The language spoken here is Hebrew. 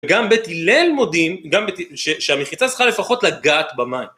גם בית הילל מודים, שהמחיצה צריכה לפחות לגעת במים.